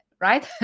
right